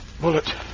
bullet